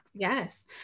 Yes